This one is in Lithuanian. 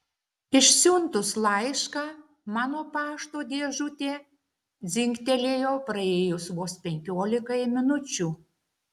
išsiuntus laišką mano pašto dėžutė dzingtelėjo praėjus vos penkiolikai minučių